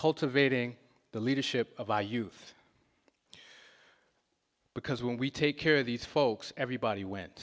cultivating the leadership of our youth because when we take care of these folks everybody went